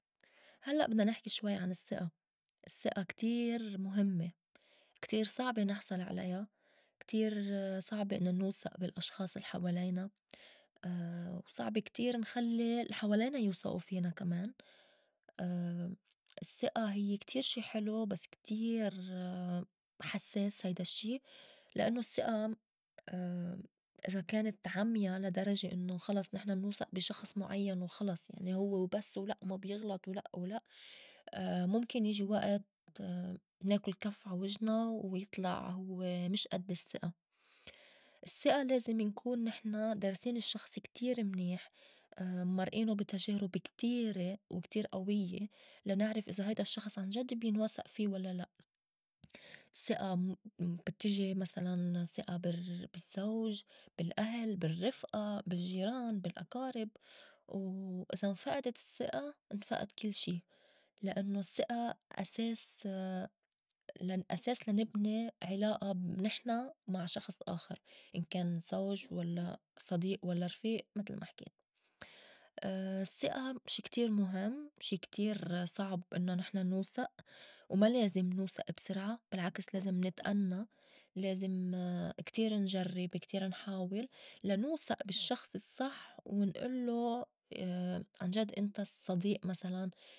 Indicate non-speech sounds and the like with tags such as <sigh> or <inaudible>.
هلّأ بدنا نحكي شوي عن السّئة. السّئة كتير مُهمّة كتير صعبة نحصل عليا، كتير صعبة إنّو نوسئ بالأشخاص الحوالينا، <hesitation> صعب كتير نخلّي الّي حوالينا يوسئو فينا كمان. <hesitation> السّئة هيّ كتير شي حلو بس كتير <hesitation> حسّاس هيدا الّشي، لأنّو السّئة <hesitation> إذا كانت عميا لا درجة إنّو خلاص نحن نوسئ بي شخص معيّن وخلص يعني هوّ وبس ولأ ما بيغلط ولأ ولأ <hesitation> مُمكن يجي وقت ناكُل كف عا وجنا ويطلع هوّ مش أد السّئة. السّئة لازم نكون نحن دارسين الشّخص كتير منيح، <hesitation> امّرئينو بي تجارُب كتيرة وكتير أويّة لا نعرف إذا هيدا الشّخص عنجد بينوسئ في ولّا لأ. السّئة بتيجي مسلاً سئة بالر <unintelligible> بالزّوج، بالأهل، بالرّفئة، بالجّيران، بالأقارب. وإذا انفئدت السّئة انفئد كل شي لأنّو السّئة أساس- <hesitation> الأساس لا نبني عِلاقة نحن مع شخص آخر إن كان زوج، ولّا صديق، ولّا رفيق متل ما حكينا. <hesitation> السّئة شي كتير مُهم شي كتير صعب إنّو نحن نوسئ وما لازم نوسئ بسرعة بالعكس لازم نتئنّى، لازم <hesitation> كتير نجرّب، كتير نحاول لا نوسئ بالشّخص الصّح ونئلّو <hesitation> عنجد إنت الصّديق مسلاً.